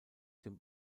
dem